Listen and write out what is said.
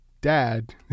Dad